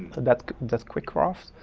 that that quick craft,